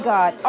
God